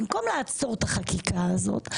במקום לעצור את החקיקה הזאת,